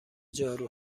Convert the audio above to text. جارو